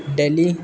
دلی